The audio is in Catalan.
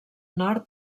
nord